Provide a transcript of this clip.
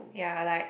ya like